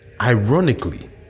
Ironically